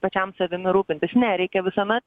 pačiam savimi rūpintis ne reikia visuomet